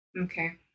Okay